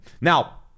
Now